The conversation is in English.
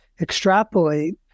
extrapolate